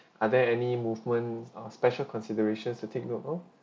are there any movement or special considerations to take note of